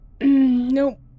Nope